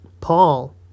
Paul